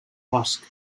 bosc